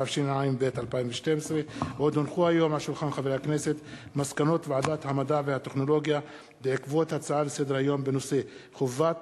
התשע"ב 2012. מסקנות ועדת המדע והטכנולוגיה בנושא: חובת